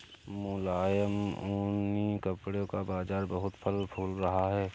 मुलायम ऊनी कपड़े का बाजार बहुत फल फूल रहा है